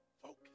Focus